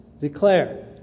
declare